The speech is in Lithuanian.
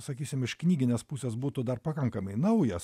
sakysim iš knyginės pusės būtų dar pakankamai naujas